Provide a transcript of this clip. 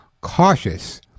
cautious